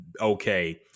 Okay